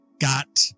got